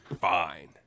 fine